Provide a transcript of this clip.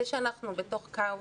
זה שאנחנו בתוך כאוס,